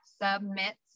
submits